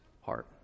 heart